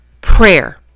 Prayer